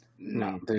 No